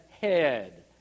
head